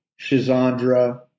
Shizandra